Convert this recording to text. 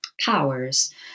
powers